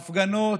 ההפגנות,